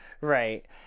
Right